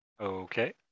Okay